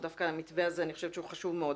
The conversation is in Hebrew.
דווקא המתווה הזה אני חושבת שהוא חשוב מאוד.